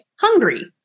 hungry